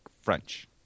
French